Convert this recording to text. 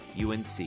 UNC